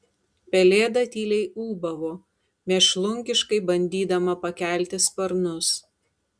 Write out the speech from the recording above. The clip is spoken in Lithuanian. pelėda tyliai ūbavo mėšlungiškai bandydama pakelti sparnus